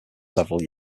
several